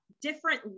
different